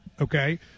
okay